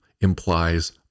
implies